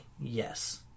Yes